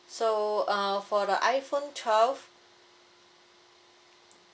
so uh for the iPhone twelve